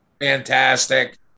fantastic